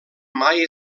mai